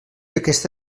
aquesta